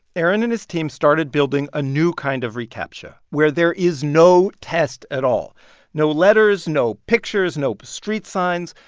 aaron and his team started building a new kind of recaptcha, where there is no test at all no letters, no pictures, no street signs.